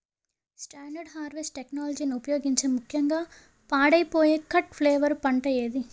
Standard harvest టెక్నాలజీని ఉపయోగించే ముక్యంగా పాడైపోయే కట్ ఫ్లవర్ పంట ఏది?